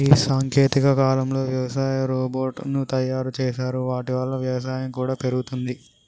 ఈ సాంకేతిక కాలంలో వ్యవసాయ రోబోట్ ను తయారు చేశారు వాటి వల్ల వ్యవసాయం కూడా పెరుగుతది